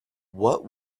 what